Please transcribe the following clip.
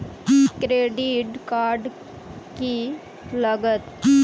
Credit card की लागत?